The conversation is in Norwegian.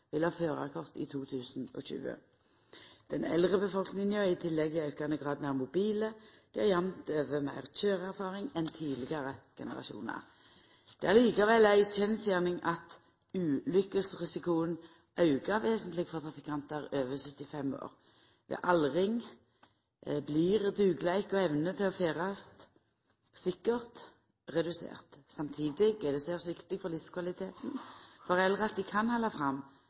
vil ha førarkort i 2020. Den eldre befolkninga er i tillegg i aukande grad meir mobile, og dei har jamt over meir køyreerfaring enn tidlegare generasjonar. Det er likevel ei kjensgjerning at ulukkesrisikoen aukar vesentleg for trafikantar over 75 år. Ved aldring blir dugleik og evne til å ferdast sikkert redusert. Samtidig er det særs viktig for livskvaliteten for eldre at dei kan halda fram